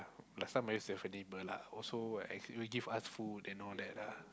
last time I used to have a neighbour lah also will actually will give us food and all that lah